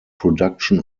production